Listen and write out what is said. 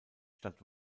statt